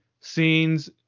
scenes